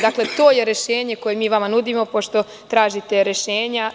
Dakle, to je rešenje koje mi vama nudimo, pošto tražite rešenja.